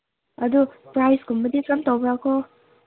ꯑꯗꯨ ꯄ꯭ꯔꯥꯏꯁꯀꯨꯝꯕꯗꯤ ꯇꯧꯕ꯭ꯔꯥꯀꯣ